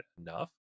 enough